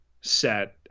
set